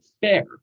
fair